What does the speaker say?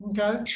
Okay